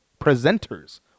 presenters